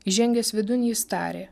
įžengęs vidun jis tarė